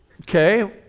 Okay